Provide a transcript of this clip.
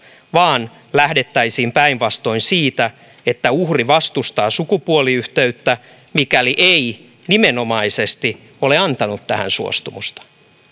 vaan lähdettäisiin päinvastoin siitä että uhri vastustaa sukupuoliyhteyttä mikäli ei nimenomaisesti ole antanut siihen suostumusta